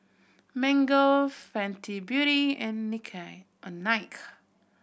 Mango Fenty Beauty and Nike